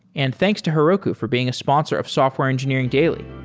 and thanks to heroku for being a sponsor of software engineering daily